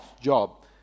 job